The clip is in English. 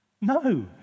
No